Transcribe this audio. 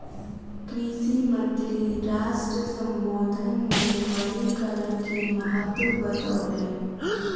कृषि मंत्री राष्ट्र सम्बोधन मे वनीकरण के महत्त्व बतौलैन